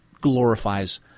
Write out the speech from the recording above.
glorifies